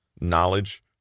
knowledge